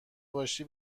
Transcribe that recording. باشی